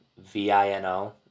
V-I-N-O